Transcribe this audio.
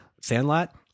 Sandlot